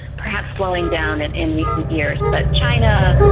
perhaps slowing down in in recent years. but china,